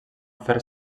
fer